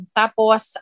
tapos